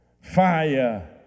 fire